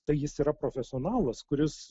tai jis yra profesionalas kuris